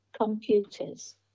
computers